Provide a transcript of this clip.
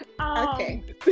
Okay